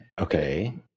Okay